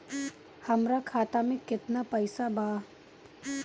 हमरा खाता में केतना पइसा बा?